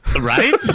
Right